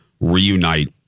reunite